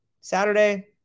Saturday